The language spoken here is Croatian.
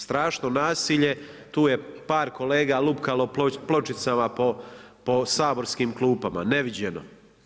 Strašno nasilje, tu je par kolega lupkalo pločicama po saborskim klupama, neviđeno.